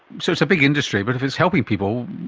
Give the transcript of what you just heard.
so it's a big industry, but if it's helping people,